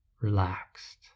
Relaxed